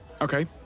okay